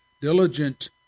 diligent